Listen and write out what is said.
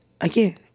again